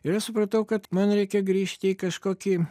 ir aš supratau kad man reikia grįžti į kažkokį